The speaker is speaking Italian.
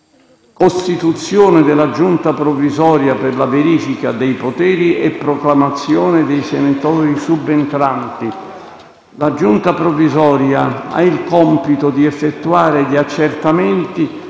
«Costituzione della Giunta provvisoria per la verifica dei poteri e proclamazione dei senatori subentranti». La Giunta provvisoria ha il compito di effettuare gli accertamenti